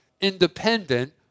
independent